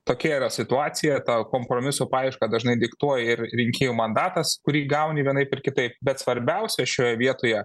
tokia yra situacija tą kompromiso paiešką dažnai diktuoja ir rinkėjų mandatas kurį gauni vienaip ar kitaip bet svarbiausia šioje vietoje